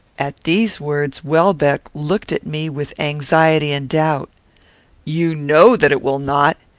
at these words, welbeck looked at me with anxiety and doubt you know that it will not!